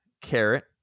carrot